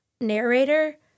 narrator